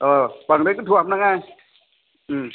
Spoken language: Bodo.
अ बांद्राय गोथौ हाबनाङा